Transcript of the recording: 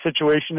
situation